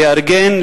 לארגן,